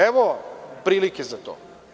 Evo prilike za to.